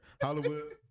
Hollywood